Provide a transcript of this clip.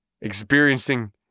experiencing